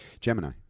Gemini